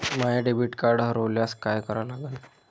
माय debit card हरोल्यास काय करा लागन?